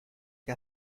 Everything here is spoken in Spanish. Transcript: que